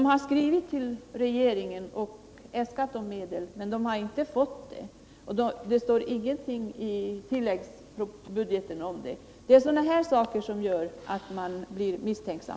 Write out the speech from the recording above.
Man har skrivit till regeringen och äskat dessa pengar men inte fått dem, och det står heller ingenting om dessa medel i tilläggsbudgeten. Det är sådana saker som gör att man blir misstänksam.